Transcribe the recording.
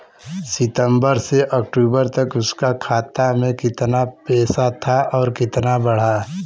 सितंबर से अक्टूबर तक उसका खाता में कीतना पेसा था और कीतना बड़ा?